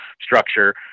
structure